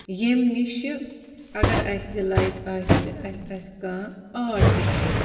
ییٚمہِ نِشہٕ اَگر اَسہِ لایِک آسہِ اَسہِ آسہِ کانٛہہ آٹ ہیٚچھُن